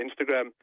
Instagram